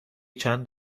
چند